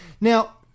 Now